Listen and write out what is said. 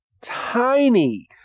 tiny